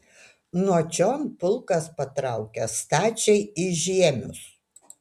nuo čion pulkas patraukė stačiai į žiemius